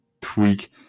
Tweak